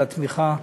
על התמיכה שהובלת,